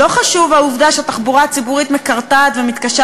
לא חשובה העובדה שהתחבורה הציבורית מקרטעת ומתקשה